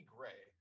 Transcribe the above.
Gray